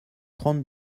trente